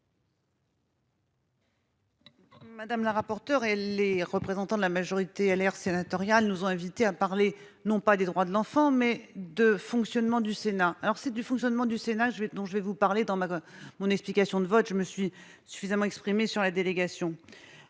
Madame la rapporteure et les représentants de la majorité à l'LR sénatoriale nous ont invités à parler non pas des droits de l'enfant mais de fonctionnement du Sénat. Alors c'est du fonctionnement du Sénat. Je vais dont je vais vous parler dans ma mon explication de vote. Je me suis suffisamment exprimé sur la délégation.